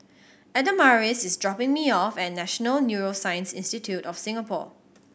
Adamaris is dropping me off at National Neuroscience Institute of Singapore